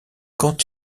quand